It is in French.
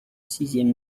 sixième